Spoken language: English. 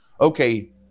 okay